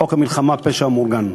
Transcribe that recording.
חוק המלחמה בפשע המאורגן,